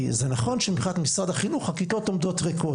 כי זה נכון שמבחינת משרד החינוך הכיתות עומדות ריקות,